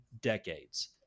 decades